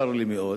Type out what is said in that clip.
צר לי מאוד